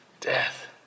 Death